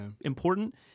important